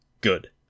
Good